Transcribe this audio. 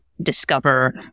discover